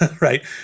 right